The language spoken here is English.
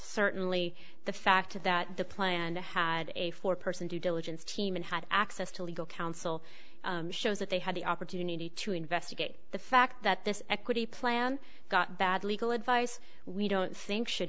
certainly the fact that the plan had a four person due diligence team and had access to legal counsel shows that they had the opportunity to investigate the fact that this equity plan got bad legal advice we don't